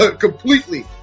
completely